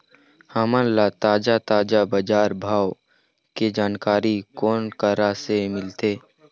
हमन ला ताजा ताजा बजार भाव के जानकारी कोन करा से मिलही?